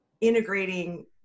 integrating